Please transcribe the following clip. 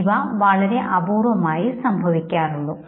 ഇവ വളരെ അപൂർവ്വമായേ സംഭവിക്കാറുള്ളൂ